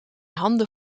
handen